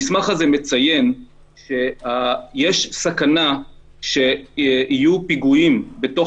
המסמך הזה מציין שיש סכנה שיהיו פיגועים בתוך